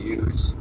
use